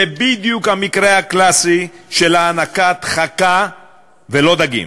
זה בדיוק המקרה הקלאסי של הענקת חכה ולא דגים,